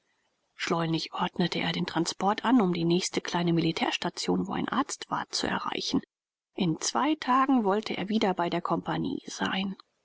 schleunig ordnete er den transport an um die nächste kleine militärstation wo ein arzt war zu erreichen in zwei tagen wollte er wieder bei der kompagnie sein